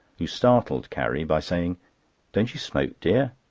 who startled carrie by saying don't you smoke, dear?